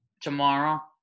tomorrow